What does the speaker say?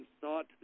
thought